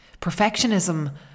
Perfectionism